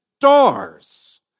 stars